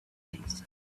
things